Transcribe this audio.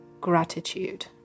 gratitude